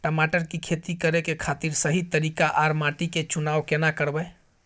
टमाटर की खेती करै के खातिर सही तरीका आर माटी के चुनाव केना करबै?